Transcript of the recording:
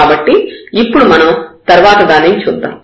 కాబట్టి ఇప్పుడు మనం తర్వాత దానిని చూద్దాం